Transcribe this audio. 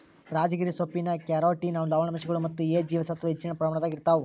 ರಾಜಗಿರಿ ಸೊಪ್ಪಿನ್ಯಾಗ ಕ್ಯಾರೋಟಿನ್ ಲವಣಾಂಶಗಳು ಮತ್ತ ಎ ಜೇವಸತ್ವದ ಹೆಚ್ಚಿನ ಪ್ರಮಾಣದಾಗ ಇರ್ತಾವ